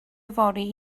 fory